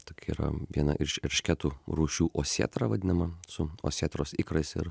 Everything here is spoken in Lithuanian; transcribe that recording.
tokia yra viena iš eršketų rūšių osietra vadinama su osėtros ikrais ir